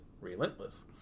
relentless